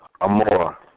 amor